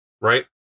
Right